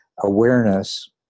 awareness